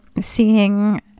seeing